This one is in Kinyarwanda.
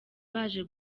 baje